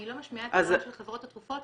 אני לא משמיעה את קולן של חברות התרופות,